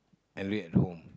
and read at home